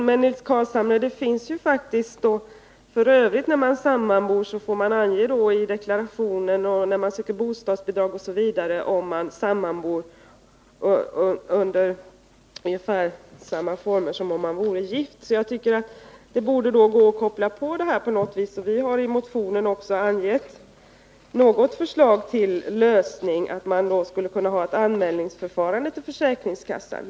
Herr talman! Men, Nils Carlshamre, det är faktiskt så att när man deklarerar, när man ansöker om bostadsbidrag osv. får man ange om man sammanbor under ungefär samma former som om man vore gift. Jag tycker därför att det borde gå att på något vis lösa problemet också i det här fallet. Vi har i motionen också angett något förslag till lösning. Man skulle exempelvis kunna ha ett anmälningsförfarande till försäkringskassan.